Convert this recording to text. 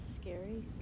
Scary